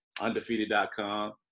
Undefeated.com